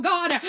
God